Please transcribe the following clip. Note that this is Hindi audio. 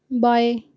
बाएँ